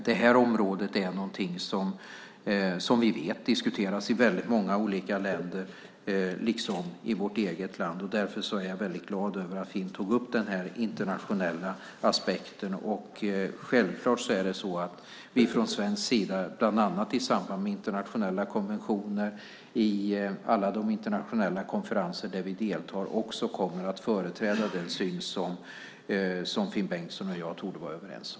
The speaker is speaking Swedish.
Detta område vet vi diskuteras i väldigt många olika länder liksom i vårt eget land. Därför är jag väldigt glad över att Finn Bengtsson tog upp denna internationella aspekt. Självklart kommer vi från svensk sida, bland annat i samband med internationella konventioner och i alla internationella konferenser där vi deltar, att företräda den syn som Finn Bengtsson och jag torde vara överens om.